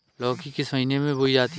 लौकी किस महीने में बोई जाती है?